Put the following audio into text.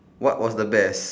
what was the best